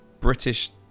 British